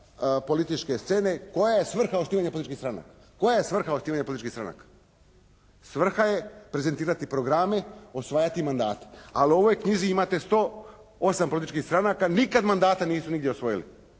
političke scene, koja je svrha osnivanja političkih stranaka. Koja je svrha osnivanja političkih stranaka? Svrha je prezentirati programe, osvajati mandate. Ali u ovoj knjizi imate 108 političkih stranaka, nikada mandata nisu nigdje osvojili.